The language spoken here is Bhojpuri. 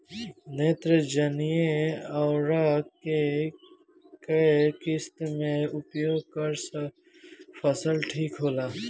नेत्रजनीय उर्वरक के केय किस्त मे उपयोग करे से फसल ठीक होला?